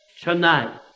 tonight